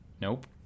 Nope